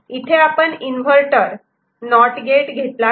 इथे आपण inverter not gate घेतला नाही